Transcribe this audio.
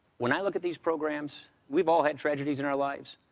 when i look at these programs, we've all had tragedies in our lives.